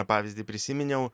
pavyzdį prisiminiau